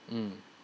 mm